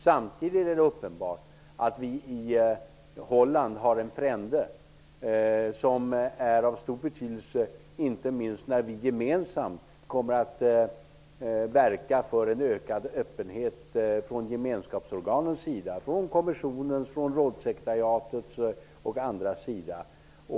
Samtidigt är det uppenbart att vi i Holland har en frände, som är av stor betydelse, inte minst när vi gemensamt kommer att verka för en ökad öppenhet från gemenskapsorganens sida, bl.a. från kommissionens och rådssekretariatets sida.